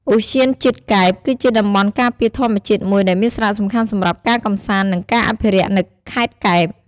ឧទ្យានជាតិកែប គឺជាតំបន់ការពារធម្មជាតិមួយដែលមានសារៈសំខាន់សម្រាប់ការកម្សាន្ត និងការអភិរក្សនៅខេត្តកែប។